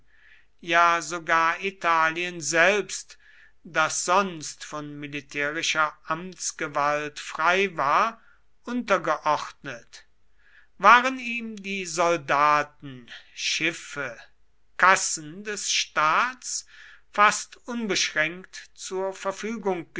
ja sogar italien selbst das sonst von militärischer amtsgewalt frei war untergeordnet waren ihm die soldaten schiffe kassen des staats fast unbeschränkt zur verfügung